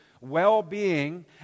Well-being